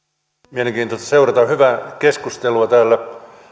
mielenkiintoista seurata hyvää keskustelua täällä